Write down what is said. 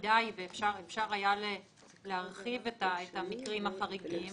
מדי ואפשר היה להרחיב את המקרים החריגים.